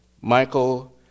Michael